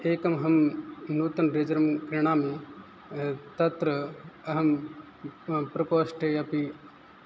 एकम् अहं नूतन रेजरं क्रीणामि तत्र अहं प्रकोष्ठे अपि